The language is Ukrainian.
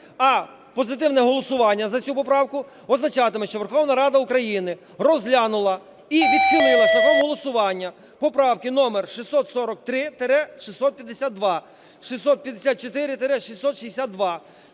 А позитивне голосування за цю поправку означатиме, що Верховна Рада України розглянула і відхилила шляхом голосування поправки номер: 643-652, 654-662,